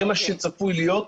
זה מה שצפוי להיות,